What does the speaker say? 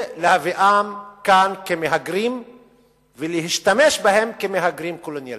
להביאם לכאן כמהגרים ולהשתמש בהם כמהגרים קולוניאליסטים.